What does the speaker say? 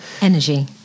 energy